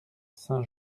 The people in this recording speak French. saint